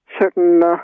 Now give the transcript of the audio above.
certain